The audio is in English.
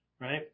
right